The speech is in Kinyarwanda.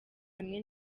hamwe